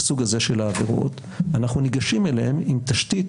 בסוג הזה של העבירות אנחנו ניגשים אליהן עם תשתית